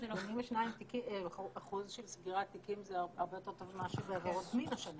82% של סגירת תיקים זה הרבה יותר טוב מאשר מעבירות מין השנה.